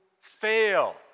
fail